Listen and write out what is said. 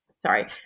Sorry